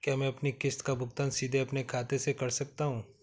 क्या मैं अपनी किश्त का भुगतान सीधे अपने खाते से कर सकता हूँ?